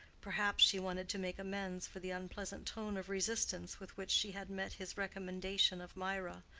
perhaps she wanted to make amends for the unpleasant tone of resistance with which she had met his recommendation of mirah,